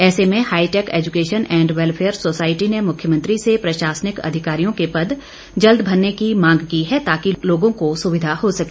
ऐसे में hi tech education and welfare society ने मुख्यमंत्री से प्रशासनिक अधिकारियों के पद जल्द भरने की मांग की है ताकि लोगों को सुविधा हो सके